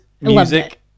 music